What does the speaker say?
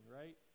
right